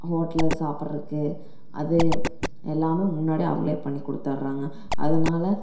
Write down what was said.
ஹோட்டலில் சாப்பிட்றக்கு அதே எல்லாமே முன்னாடியே அவங்களே பண்ணி கொடுத்துட்றாங்க அதனால